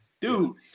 dude